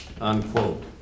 Unquote